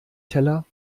teller